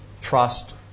trust